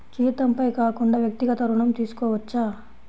జీతంపై కాకుండా వ్యక్తిగత ఋణం తీసుకోవచ్చా?